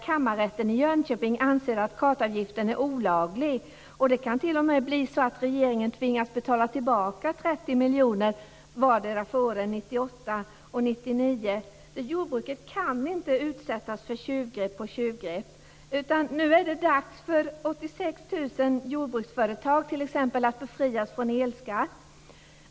Kammarrätten i Jönköping anser att kartavgiften är olaglig. Det kan t.o.m. bli så att regeringen tvingas betala tillbaka 30 miljoner för både år 1998 och 1999. Jordbruket kan inte utsättas för tjuvgrepp på tjuvgrepp. Nu är det dags för 86 000 jordbruksföretag att t.ex. befrias från elskatt.